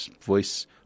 voice